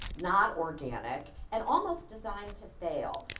not organic, and almost designed to fail.